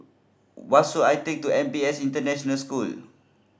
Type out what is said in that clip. I take to N P S International School